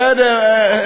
בסדר,